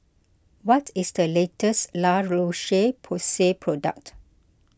what is the latest La Roche Porsay product